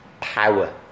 power